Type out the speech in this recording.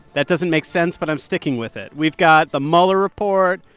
that doesn't make sense, but i'm sticking with it. we've got the mueller report.